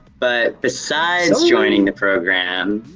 but besides joining the program,